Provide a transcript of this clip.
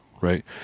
right